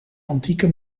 antieke